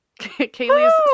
Kaylee's